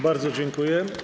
Bardzo dziękuję.